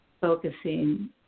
focusing